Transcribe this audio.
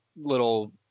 little